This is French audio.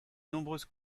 nombreuses